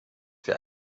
für